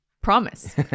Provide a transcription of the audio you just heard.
Promise